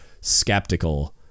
skeptical